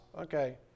Okay